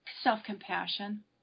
self-compassion